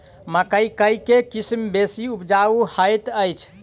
मकई केँ के किसिम बेसी उपजाउ हएत अछि?